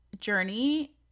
journey